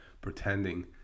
pretending